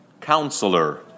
Counselor